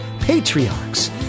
Patriarchs